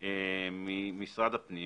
ממשרד הפנים